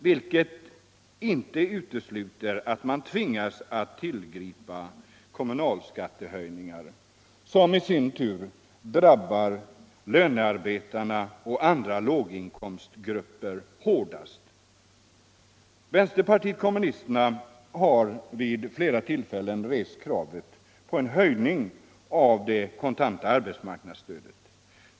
Detta skulle kunna medföra att man tvingas tillgripa en höjning av kommunalskatten, vilket i sin tur hårdast drabbar lönearbetarna och andra låginkomstgrupper. Vänsterpartiet kommunisterna har vid flera tillfällen rest krav på en höjning av det kontanta arbetsmarknadsstödet.